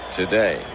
today